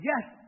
yes